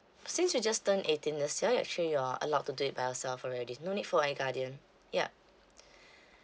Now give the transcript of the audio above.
since you just turned eighteen this year you actually you're allowed to do it by yourself already no need for any guardian yup